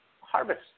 harvest